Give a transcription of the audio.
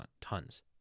tons